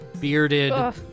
bearded